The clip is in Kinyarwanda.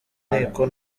nteko